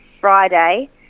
Friday